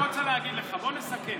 אני רוצה להגיד לך: בוא נסכם,